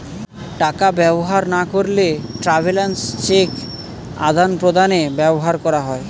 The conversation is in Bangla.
টাকা ব্যবহার না করলে ট্রাভেলার্স চেক আদান প্রদানে ব্যবহার করা হয়